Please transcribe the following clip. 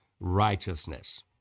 righteousness